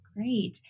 Great